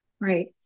Right